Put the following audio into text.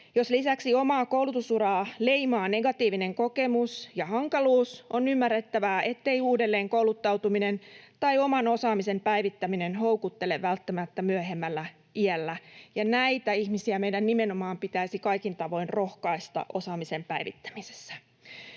Jos lisäksi omaa koulutusuraa leimaa negatiivinen kokemus ja hankaluus, on ymmärrettävää, ettei uudelleenkouluttautuminen tai oman osaamisen päivittäminen houkuttele välttämättä myöhemmällä iällä. Ja näitä ihmisiä meidän nimenomaan pitäisi kaikin tavoin rohkaista osaamisen päivittämisessä.